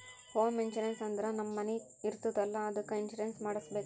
home insurance ಅಂದುರ್ ನಮ್ ಮನಿ ಇರ್ತುದ್ ಅಲ್ಲಾ ಅದ್ದುಕ್ ಇನ್ಸೂರೆನ್ಸ್ ಮಾಡುಸ್ಬೇಕ್